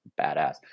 Badass